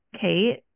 Kate